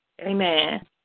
Amen